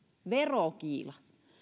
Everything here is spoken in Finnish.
verokiila